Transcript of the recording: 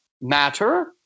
matter